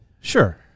Sure